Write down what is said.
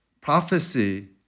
prophecy